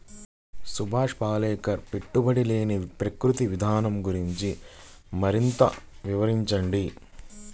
సుభాష్ పాలేకర్ పెట్టుబడి లేని ప్రకృతి విధానం గురించి మరింత వివరించండి